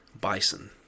bison